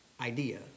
idea